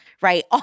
Right